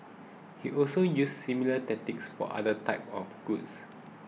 she also used similar tactics for other types of goods